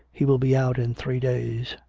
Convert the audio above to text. he will be out in three days.